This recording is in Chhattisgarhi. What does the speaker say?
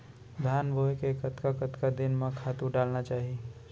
धान बोए के कतका कतका दिन म खातू डालना चाही?